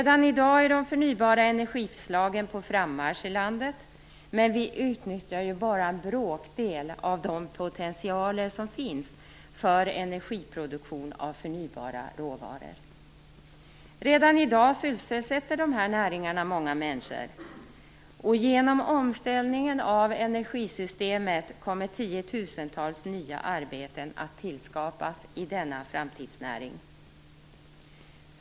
Redan i dag är de förnybara energislagen på frammarsch i landet, men vi utnyttjar bara en bråkdel av de potentialer som finns för energiproduktion av förnybara råvaror. Redan i dag sysselsätter dessa näringar många människor. Genom omställningen av energisystemet kommer tiotusentals nya arbeten att tillskapas i denna framtidsnäring.